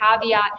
caveat